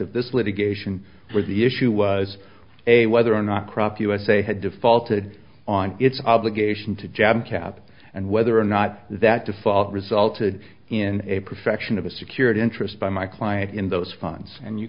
of this litigation but the issue was a whether or not crop usa had defaulted on its obligation to jab cap and whether or not that default resulted in a perfection of a security interest by my client in those funds and you